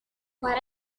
what